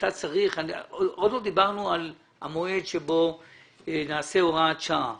אתה צריך עוד לא דיברנו על המועד שבו נעשה הוראת שעה